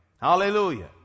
Hallelujah